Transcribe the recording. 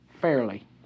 fairly